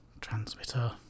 Transmitter